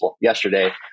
yesterday